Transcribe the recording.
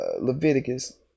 Leviticus